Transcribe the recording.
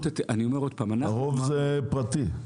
הרוב זה פרטי.